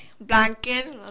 blanket